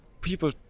people